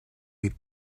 eat